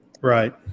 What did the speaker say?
Right